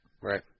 Right